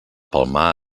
palmar